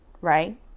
Right